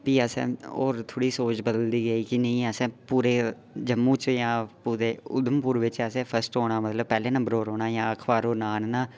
फ्ही असें ओर थोह्ड़ी सोच बदलदी गेई फ्ही असें पूरे जम्मू च जां उधमपुर च असें फर्स्ट होना मतलब पैह्ले नम्बर पर औना अखबारें पर नांऽ आह्नना